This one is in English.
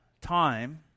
time